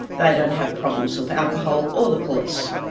they don't have problems with alcohol or the police.